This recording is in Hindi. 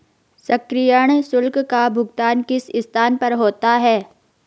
सक्रियण शुल्क का भुगतान किस स्थान पर होता है?